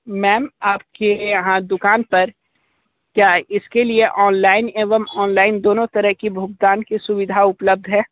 ma'am आपके यहाँ दुकान पर क्या इसके लिए ऑनलाइन एवं ऑनलाइन दोनों तरह की भुगतान की सुविधा उपलब्ध है